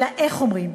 אלא איך אומרים.